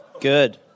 Good